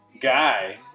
guy